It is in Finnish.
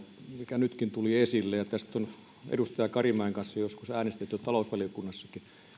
mikä nytkin tuli esille ja tästä on edustaja karimäen kanssa joskus äänestetty talousvaliokunnassakin